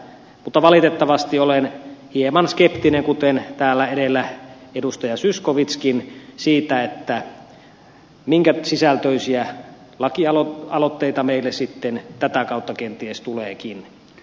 mutta valitettavasti olen hieman skeptinen kuten täällä edellä edustaja zyskowiczkin sen suhteen minkä sisältöisiä lakialoitteita meille sitten tätä kautta kenties tuleekin